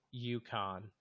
UConn